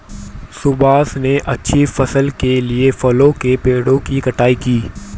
सुभाष ने अच्छी फसल के लिए फलों के पेड़ों की छंटाई की